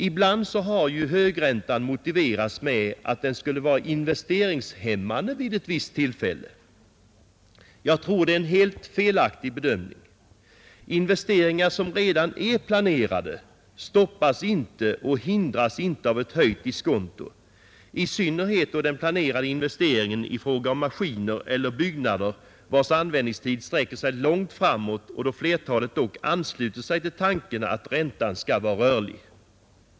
Ibland har högräntan motiverats med att den skulle vara investeringshämmande vid ett visst tillfälle. Jag tror att det är en helt felaktig bedömning. Investeringar som redan är planerade stoppas inte och hindras inte av ett höjt diskonto, i synnerhet inte då den planerade investeringen avser maskiner eller byggnader, vilkas användningstid sträcker sig långt framåt. Och flertalet ansluter sig dock till tanken att räntan skall vara rörlig.